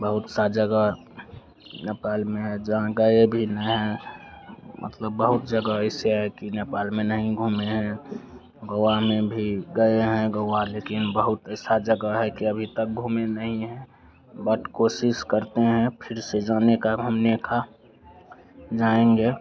बहुत सी जगह नेपाल में है जहाँ गए भी नहीं हैं मतलब बहुत जगह ऐसे है कि नेपाल में नहीं घूमे हैं गोआ में भी गए हैं गोआ लेकिन बहुत ऐसा जगह है कि अभी तक घूमे नहीं हैं बट कोशिश करते हैं फिर से जाने का अब हमने कहा जाएँगे